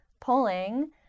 pulling